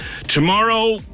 Tomorrow